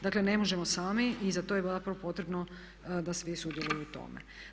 Dakle, ne možemo sami i za to je vrlo potrebno da svi sudjeluju u tome.